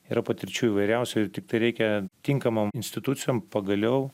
yra patirčių įvairiausių ir tiktai reikia tinkamom institucijom pagaliau